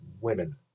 women